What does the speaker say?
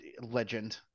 legend